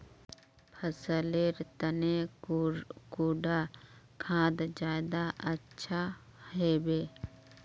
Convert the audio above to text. फसल लेर तने कुंडा खाद ज्यादा अच्छा हेवै?